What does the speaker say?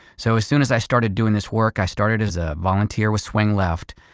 so as soon as i started doing this work, i started as a volunteer with swing left.